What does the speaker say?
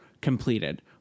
completed